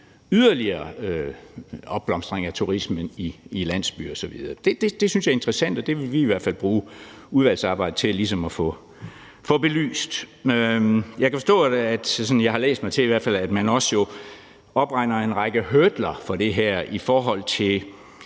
yderligere opblomstring af turismen i landsbyer osv.? Det synes jeg er interessant, og det vil vi i hvert fald bruge udvalgsarbejdet til ligesom at få belyst. Jeg kan forstå – det har jeg læst mig til i hvert fald – at man også opregner en række hurdler for det her i forhold til